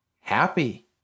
happy